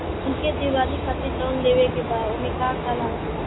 हमके दिवाली खातिर लोन लेवे के बा ओमे का का लागत बा?